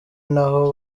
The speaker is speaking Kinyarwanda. naho